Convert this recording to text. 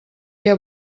què